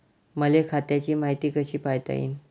मले खात्याची मायती कशी पायता येईन?